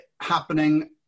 happening